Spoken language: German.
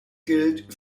gilt